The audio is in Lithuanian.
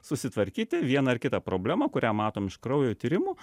susitvarkyti vieną ar kitą problemą kurią matom iš kraujo tyrimų